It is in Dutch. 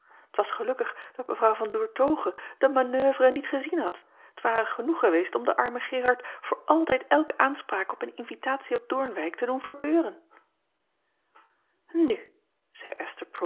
t as gelukkig dat w an oertoghe de manoeuvre niet gezien had t ware genoeg geweest om den armen erard voor altijd elke aanspraak op een invitatie op oornwijck te doen verbeuren u zeî